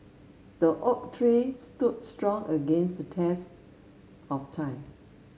the oak tree stood strong against the test of time